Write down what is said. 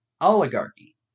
oligarchy